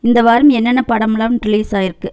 இந்த வாரம் என்னென்ன படம்லாம் ரிலீஸ் ஆயிருக்கு